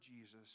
Jesus